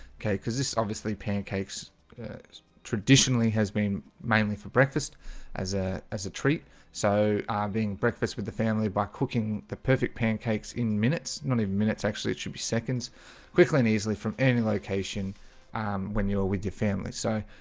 okay, because this obviously pancakes traditionally has been mainly for breakfast as ah as a treat so are being breakfast with the family by cooking the perfect pancakes in minutes not even minutes actually, it should be seconds quickly and easily from any location when you're with your family, so,